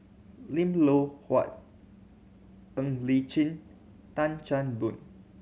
Lim Loh Huat Ng Li Chin Tan Chan Boon